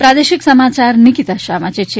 પ્રાદેશિક સમાચાર નિકિતા શાહ વાંચે છે